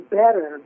better